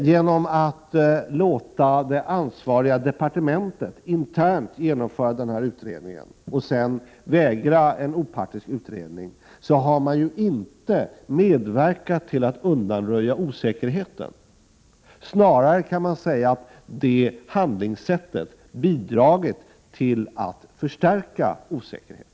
Genom att låta det ansvariga departementet internt genomföra denna utredning och sedan vägra en opartisk utredning, har man inte medverkat till att undanröja osäkerheten. Snarare kan man säga att det handlingssättet bidragit till att förstärka osäkerheten.